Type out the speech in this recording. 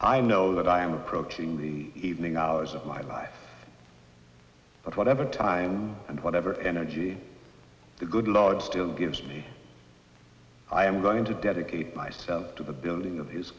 i know that i am approaching the hours of my life but whatever time and whatever energy the good lord still gives me i am going to dedicate myself to the building